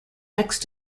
next